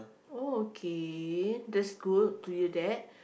oh okay that's good to hear that